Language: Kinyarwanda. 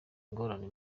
ingorane